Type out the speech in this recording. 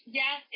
yes